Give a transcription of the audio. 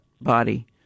body